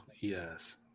yes